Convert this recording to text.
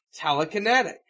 Telekinetic